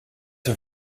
een